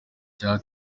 nka